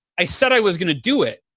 i said i was going to do it.